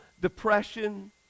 depression